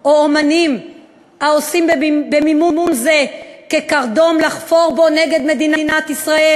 או אמנים העושים במימון זה קרדום לחפור בו נגד מדינת ישראל?